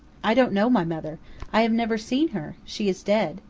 i don't know my mother i have never seen her she is dead,